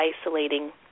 isolating